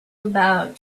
about